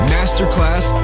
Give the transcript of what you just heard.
Masterclass